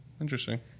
Interesting